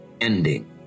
ending